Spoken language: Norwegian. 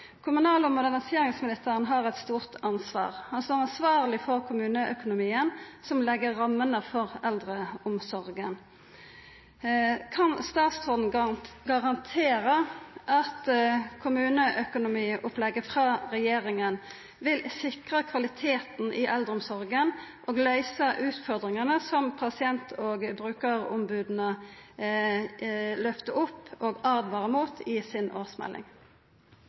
Kommunal- og moderniseringsministeren har eit stort ansvar. Han står ansvarleg for kommuneøkonomien som legg rammene for eldreomsorga. Kan statsråden garantera at kommuneøkonomiopplegget frå regjeringa vil sikra kvaliteten i eldreomsorga og løysa utfordringane som Pasient- og brukarombodet løftar opp og åtvarar mot i si årsmelding?